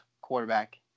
quarterback